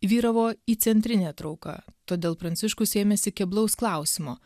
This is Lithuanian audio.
vyravo įcentrinė trauka todėl pranciškus ėmėsi keblaus klausimo